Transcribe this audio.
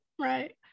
right